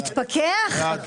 הצבעה בעד,